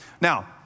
Now